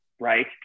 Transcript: right